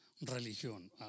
religión